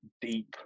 deep